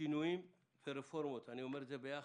שינויים ורפורמות אני אומר את זה ביחד.